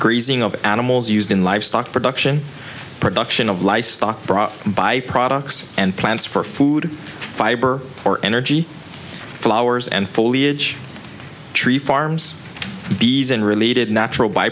grazing of animals used in livestock production production of life stock brought by products and plants for food fiber or energy flowers and foliage tree farms bees and related natural by